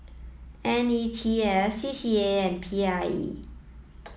N E T S C C A and P I E